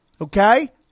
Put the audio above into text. Okay